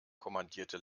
kommandierte